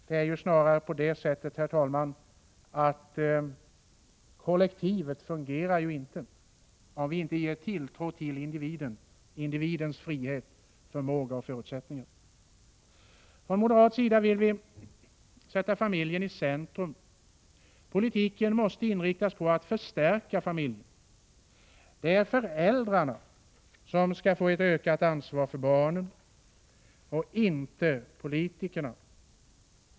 Det är snarare på det sättet, herr talman, att kollektivet inte fungerar, om vi inte ger tilltro till individen, till individens frihet, förmåga och förutsättningar. Moderaterna vill sätta familjen i centrum. Politiken måste inriktas på att förstärka familjen. Det är föräldrarna som skall få ett ökat ansvar för barnen —- inte politikerna.